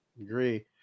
agree